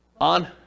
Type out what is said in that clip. On